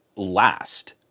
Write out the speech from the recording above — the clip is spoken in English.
last